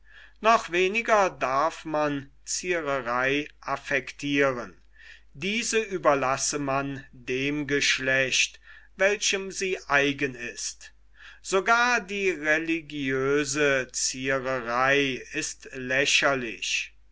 noch weniger darf man ziererei affektiren diese überlasse man dem geschlecht welchem sie eigen ist sogar die religiöse ziererei ist lächerlich